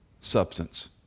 substance